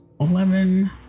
eleven